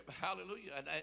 Hallelujah